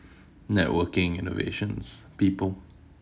networking innovations people